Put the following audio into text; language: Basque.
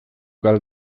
gal